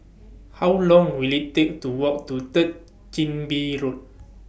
How Long Will IT Take to Walk to Third Chin Bee Road